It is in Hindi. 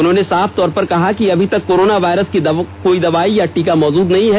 उन्होंने साफ तौर पर कहा कि अभी तक कोरोना वायरस की कोई दवाई या टीका मौजूद नहीं है